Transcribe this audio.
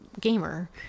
gamer